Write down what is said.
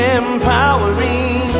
empowering